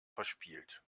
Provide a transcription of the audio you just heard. verspielt